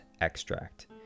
extract